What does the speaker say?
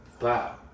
Wow